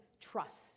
trust